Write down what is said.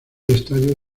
estadio